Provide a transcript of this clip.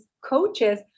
coaches